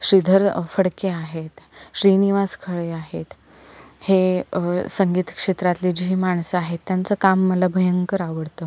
श्रीधर फडके आहेत श्रीनिवास खळे आहेत हे संगीत क्षेत्रातले जे हे माणसं आहेत त्यांचं काम मला भयंकर आवडतं